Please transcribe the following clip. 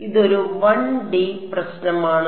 അതിനാൽ ഇതൊരു 1 ഡി പ്രശ്നമാണ്